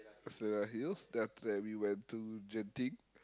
is the hills then after that we went to Genting